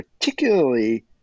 particularly